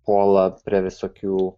puola prie visokių